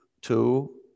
two